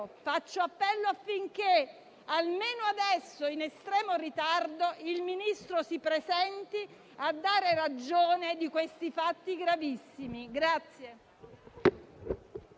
faccio appello affinché, almeno adesso, in estremo ritardo, il Ministro si presenti a dare ragione di questi fatti gravissimi.